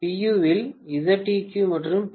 u இல் Zeq மற்றும் p